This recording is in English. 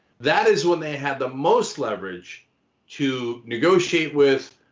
that is when they had the most leverage to negotiate with,